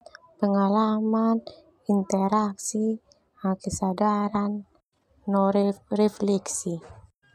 Pengalaman, interaksi, hal kesadaran no refleksi.